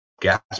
gas